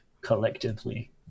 collectively